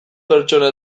pertsona